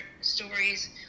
stories